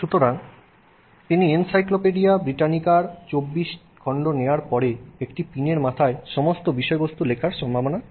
সুতরাং তিনি এনসাইক্লোপিডিয়া ব্রিটানিকার 24 খণ্ড নেওয়ার পরে একটি পিনের মাথায় সমস্ত বিষয়বস্তু লেখার সম্ভাবনা দেখছেন